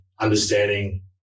understanding